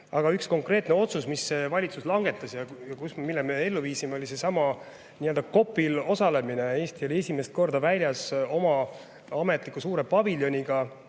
Aga üks konkreetne otsus, mille valitsus langetas ja mille me ellu viisime, oli seesama COP‑il osalemine. Eesti oli esimest korda väljas oma ametliku suure paviljoniga.